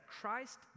Christ